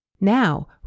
Now